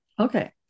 Okay